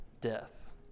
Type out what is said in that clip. death